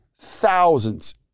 thousands